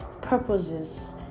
purposes